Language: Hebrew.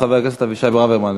חבר הכנסת אבישי ברוורמן.